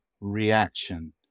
reaction